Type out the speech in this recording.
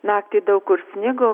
naktį daug kur snigo